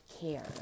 care